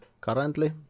currently